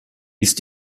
ist